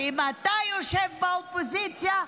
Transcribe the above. שאם אתה יושב באופוזיציה,